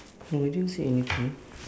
no I didn't say anything